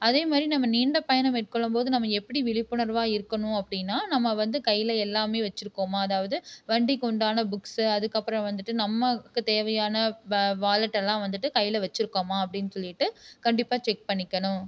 அதே மாதிரி நம்ப நீண்ட பயணம் மேற்கொள்ளும் போது நம்ப எப்படி விழிப்புணர்வாக இருக்கணும் அப்படினா நம்ம வந்து கையில எல்லாமே வச்சுருக்கோமா அதாவது வண்டிக்வுண்டான புசுக்ஸ்ஸு அதுக்கப்புறோம் வந்துட்டு நமக்கு தேவையான வாலெட்டெல்லாம் வந்துட்டு கையில வச்சுருக்கோமா அப்படின் சொல்லிட்டு கண்டிப்பாக செக் பண்ணிக்கணும்